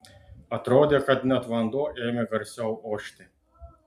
atrodė kad net vanduo ėmė garsiau ošti